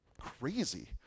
crazy